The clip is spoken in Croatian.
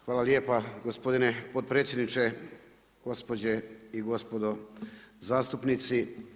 Hvala lijepa gospodine potpredsjedniče, gospođe i gospodo zastupnici.